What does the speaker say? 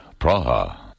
Praha